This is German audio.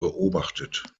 beobachtet